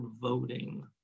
voting